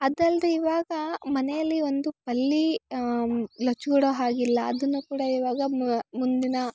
ಅದಲ್ಲದೆ ಇವಾಗ ಮನೇಲಿ ಒಂದು ಹಲ್ಲಿ ಲೊಚ್ಗುಡೊ ಹಾಗಿಲ್ಲ ಅದನ್ನ ಕೂಡ ಇವಾಗ ಮುಂದಿನ